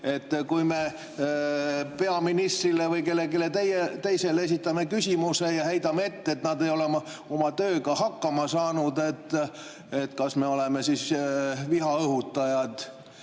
Kui me peaministrile või kellelegi teisele esitame küsimuse ja heidame ette, et nad ei ole oma tööga hakkama saanud, kas me oleme vihaõhutajad